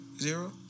Zero